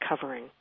covering